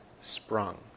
sprung